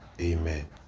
Amen